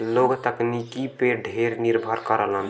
लोग तकनीकी पे ढेर निर्भर करलन